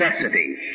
necessity